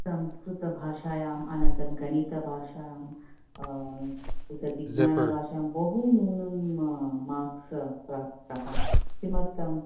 संस्कृतभाषायां अनन्तरं गणितभाषां एतत् विज्ञानभाषायां बहु मार्क्स् न प्राप्तः किमर्थम्